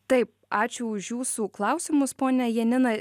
taip ačiū už jūsų klausimus ponia janina